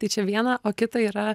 tai čia viena o kita yra